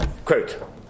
Quote